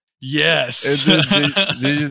yes